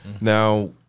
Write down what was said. Now